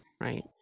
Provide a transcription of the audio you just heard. right